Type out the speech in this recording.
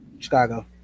Chicago